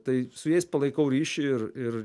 tai su jais palaikau ryšį ir ir